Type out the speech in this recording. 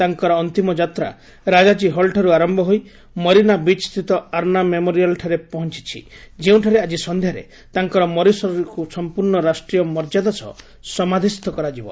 ତାଙ୍କର ଅନ୍ତିମ ଯାତ୍ରା ରାକାଜୀ ହଲ୍ଠାରୁ ଆରମ୍ଭ ହୋଇ ମରିନା ବିଚ୍ସ୍ଥିତ ଆନ୍ଧା ମେମୋରିଆଲ୍ଠାରେ ପହଞ୍ଚିଛି ଯେଉଁଠାରେ ଆକି ସନ୍ଧ୍ୟାରେ ତାଙ୍କର ମରଶରୀରକୁ ସମ୍ପୂର୍ଣ୍ଣ ରାଷ୍ଟ୍ରୀୟ ମର୍ଯ୍ୟାଦା ସହ ସମାଧିସ୍ଥ କରାଯିବ